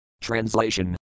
Translation